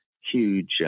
huge